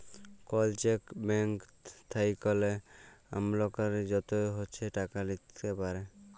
call cheque blank থ্যাইকলে আমালতকারী যত ইছে টাকা লিখতে পারে